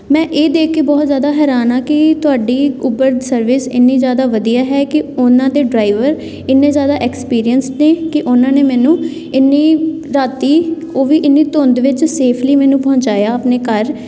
ਮੈਂ ਇਹ ਦੇਖ ਕੇ ਬਹੁਤ ਜ਼ਿਆਦਾ ਹੈਰਾਨ ਹਾਂ ਕਿ ਤੁਹਾਡੀ ਉਬਰ ਸਰਵਿਸ ਇੰਨੀ ਜ਼ਿਆਦਾ ਵਧੀਆ ਹੈ ਕਿ ਉਹਨਾਂ ਦੇ ਡਰਾਈਵਰ ਇੰਨੇ ਜ਼ਿਆਦਾ ਐਕਸਪੀਰੀਅੰਸਡ ਨੇ ਕਿ ਉਹਨਾਂ ਨੇ ਮੈਨੂੰ ਇੰਨੀ ਰਾਤੀ ਉਹ ਵੀ ਇੰਨੀ ਧੁੰਦ ਵਿੱਚ ਸੇਫਲੀ ਮੈਨੂੰ ਪਹੁੰਚਾਇਆ ਆਪਣੇ ਘਰ